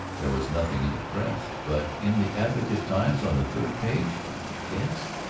there was nothing in the press, but in the advocate-times, on the third page he gasped.